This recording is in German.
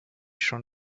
schon